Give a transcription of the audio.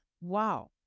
wow